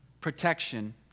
protection